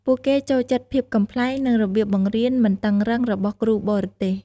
ពួកគេចូលចិត្តភាពកំប្លែង និងរបៀបបង្រៀនមិនតឹងរ៉ឹងរបស់គ្រូបរទេស។